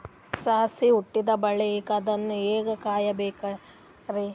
ಸಸಿ ಹುಟ್ಟಿದ ಬಳಿಕ ಅದನ್ನು ಹೇಂಗ ಕಾಯಬೇಕಿರಿ?